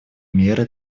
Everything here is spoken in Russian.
меры